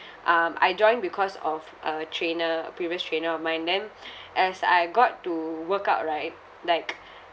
um I joined because of a trainer a previous trainer of mine then as I got to work out right like